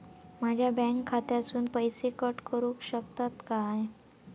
माझ्या बँक खात्यासून पैसे कट करुक शकतात काय?